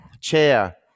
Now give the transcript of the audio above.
chair